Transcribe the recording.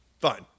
fine